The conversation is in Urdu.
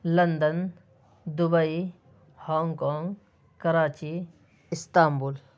London Dubai Hong Kong Karachi Istanbul